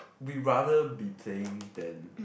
we rather be playing than